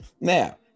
Now